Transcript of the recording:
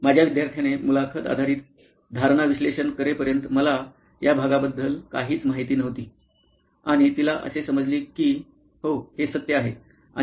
माझ्या विद्यार्थ्याने मुलाखत आधारित धारणा विश्लेषण करेपर्यंत मला या भागाबद्दल काहीच माहिती नव्हती आणि तिला असे समजले की हो हे सत्य आहे